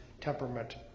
temperament